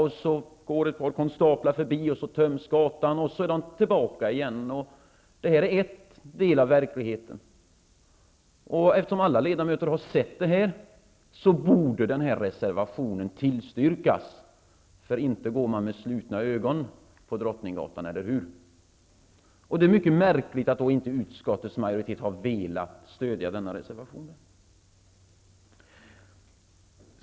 Sedan går ett par konstaplar förbi, och då töms gatan, och därefter är de tillbaka igen. Det är en del av verkligheten. Eftersom alla ledamöter har sett detta, borde reservation 10 tillstrykas. Man går ju inte med slutna ögon på Drottninggatan, eller hur? Det är då mycket märkligt att inte utskottets majoritet velat stödja denna reservation.